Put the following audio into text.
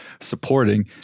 supporting